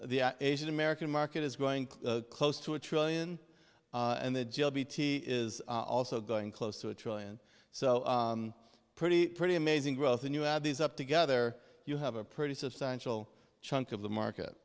the asian american market is going to close to a trillion and the g l b t is also going close to a trillion so pretty pretty amazing growth and you add these up together you have a pretty substantial chunk of the market